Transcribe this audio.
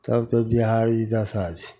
तब तऽ बिहारके ई दशा छै